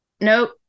nope